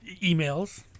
emails